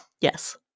Yes